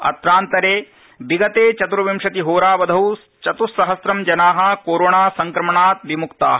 अत्रान्तरे विगते चतुर्विंशतिहोरावधौ चतुस्सहस्रं जना कोरोणासंक्रमणात् विमुक्ता